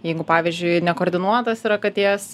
jeigu pavyzdžiui nekoordinuotas yra katės